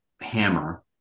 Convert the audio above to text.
hammer